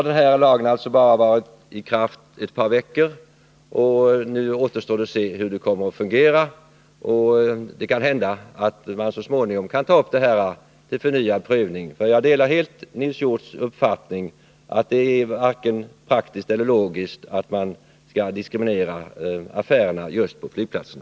Den här lagen har bara varit i kraft några veckor, och det återstår att se hur den kommer att fungera. Det är möjligt att det kan komma att finnas anledning att ta upp frågan till förnyad prövning. Jag delar helt Nils Hjorths uppfattning att det varken är praktiskt eller logiskt att på detta sätt diskriminera affärerna på flygplatserna.